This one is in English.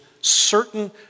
certain